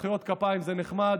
מחיאות כפיים זה נחמד,